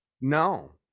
No